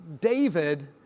David